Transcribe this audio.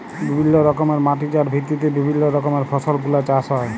বিভিল্য রকমের মাটি যার ভিত্তিতে বিভিল্য রকমের ফসল গুলা চাষ হ্যয়ে